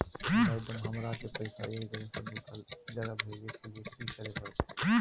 Madam, हमरा के पैसा एक जगह से दुसर जगह भेजे के लिए की की करे परते?